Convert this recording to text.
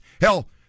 hell